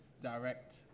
direct